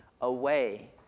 away